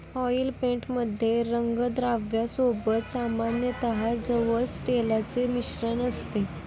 oil paint मध्ये रंगद्रव्या सोबत सामान्यतः जवस तेलाचे मिश्रण असते